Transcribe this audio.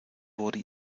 wurde